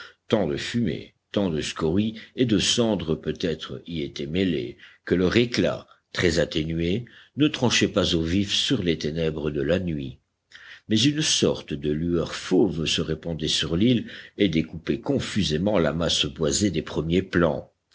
tant de fumée tant de scories et de cendres peut-être y étaient mêlées que leur éclat très atténué ne tranchait pas au vif sur les ténèbres de la nuit mais une sorte de lueur fauve se répandait sur l'île et découpait confusément la masse boisée des premiers plans